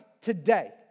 today